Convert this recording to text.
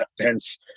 Hence